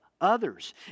others